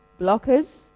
blockers